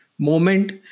moment